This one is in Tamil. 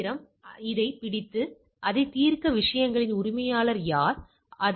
ஒருமுனை சோதனைக்கு ஒருமுனை சோதனைக்கு இருமுனை சோதனைக்கு